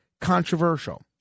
controversial